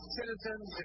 citizens